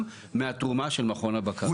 מהתרומה של מכון הבקרה.